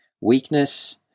weakness